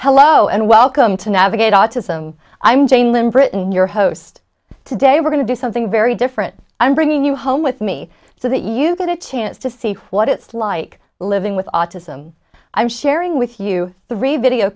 hello and welcome to navigate autism i'm jane lim britton your host today we're going to do something very different i'm bringing you home with me so that you get a chance to see what it's like living with autism i'm sharing with you th